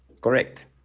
Correct